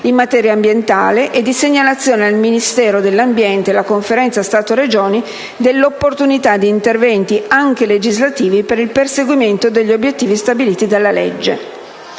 in materia ambientale e di segnalazione al Ministero dell'ambiente e alla Conferenza Stato-Regioni dell'opportunità di interventi, anche legislativi, per il perseguimento degli obiettivi stabiliti dalla legge.